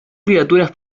criaturas